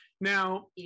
Now